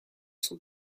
son